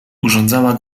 urządzała